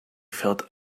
felt